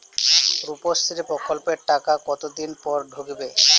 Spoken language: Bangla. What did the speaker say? রুপশ্রী প্রকল্পের টাকা কতদিন পর ঢুকবে?